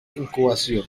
incubación